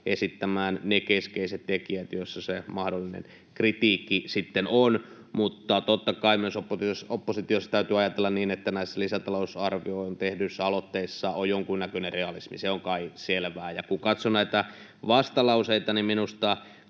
esittämään ne keskeiset tekijät, joissa se mahdollinen kritiikki sitten on. Mutta totta kai myös oppositiossa täytyy ajatella niin, että näissä lisätalousarvioihin tehdyissä aloitteissa on jonkunnäköinen realismi, se on kai selvää. Ja kun katson näitä vastalauseita, niin minusta